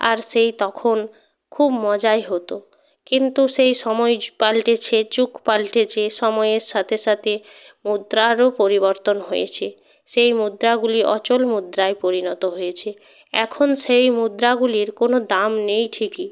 আর সেই তখন খুব মজাই হতো কিন্তু সেই সময় পাল্টেছে যুগ পাল্টেছে সময়ের সাথে সাথে মুদ্রারও পরিবর্তন হয়েছে সেই মুদ্রাগুলি অচল মুদ্রায় পরিণত হয়েছে এখন সেই মুদ্রাগুলির কোনো দাম নেই ঠিকই